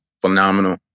phenomenal